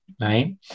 right